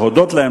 להודות להם,